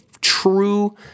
true